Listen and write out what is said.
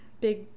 Big